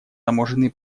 таможенные